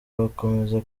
bakomeza